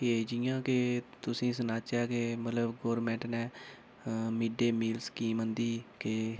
कि जि'यां कि तुसें ई सनाचै कि मतलब गौरमेंट ने मिड डे मील्स स्कीम आंदी के